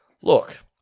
Look